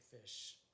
Fish